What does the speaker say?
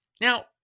Now